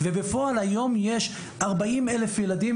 ובפועל היום יש 40,000 ילדים,